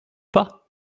pas